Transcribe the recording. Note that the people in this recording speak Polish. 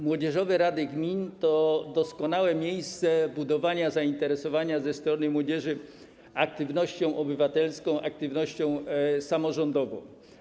Młodzieżowe rady gmin to doskonałe miejsca budowania zainteresowania ze strony młodzieży aktywnością obywatelską, aktywnością samorządową.